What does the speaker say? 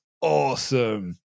awesome